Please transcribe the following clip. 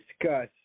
discuss